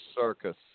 circus